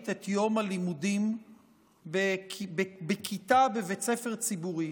את יום הלימודים בכיתה בבית ספר ציבורי